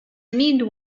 need